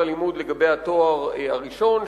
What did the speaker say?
שכר הלימוד לתואר הראשון,